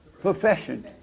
Profession